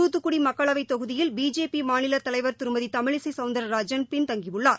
துத்துக்கடி மக்களவைத் தொகுதியில் பிஜேபி மாநில தலைவர் திருமதி தமிழிசை சௌந்தர்ராஜன் பின்தங்கியுள்ளார்